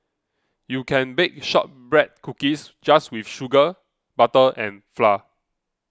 you can bake Shortbread Cookies just with sugar butter and flour